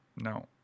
No